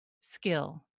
skill